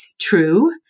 true